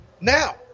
now